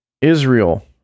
Israel